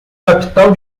capital